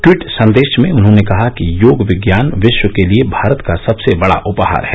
tweet संदेश में उन्होंने कहा कि योग विज्ञान विश्व के लिए भारत का सबसे बडा उपहार है